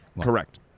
correct